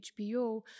HBO